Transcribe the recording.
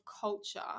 culture